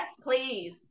please